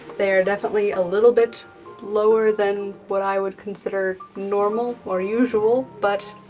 they're definitely a little bit lower than what i would consider normal or usual, but.